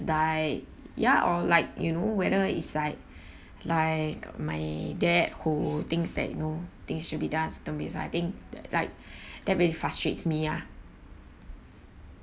like ya or like you know whether is like like my dad who thinks that you know things should be done fast so I think that like that really frustrates me ah